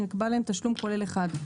שנקבע להם תשלום כולל אחד,